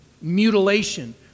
mutilation